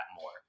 more